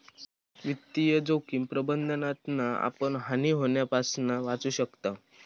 वित्तीय जोखिम प्रबंधनातना आपण हानी होण्यापासना वाचू शकताव